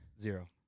Zero